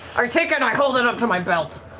i take it and i hold it up to my belt.